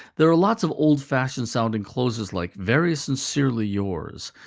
there are lots of old-fashioned sounding closes, like very sincerely yours,